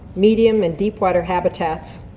medium and deepwater habitats,